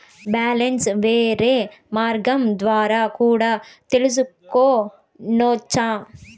Balance వేరే మార్గం ద్వారా కూడా తెలుసుకొనొచ్చా?